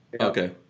Okay